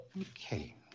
okay